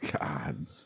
God